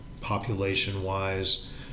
population-wise